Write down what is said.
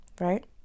right